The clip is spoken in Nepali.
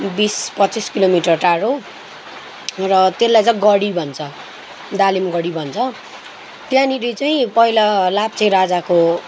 बिस पच्चिस किलोमिटर टाडो र त्यसलाई चाहिँ गडी भन्छ दालिमगढी भन्छ त्यहाँनिर चाहिँ पहिला लाप्चे राजाको